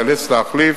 שייאלץ להחליף",